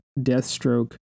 Deathstroke